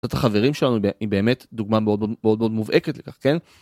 החברים שלנו היא באמת דוגמה מאוד מאוד מאוד מובהקת לכך כן.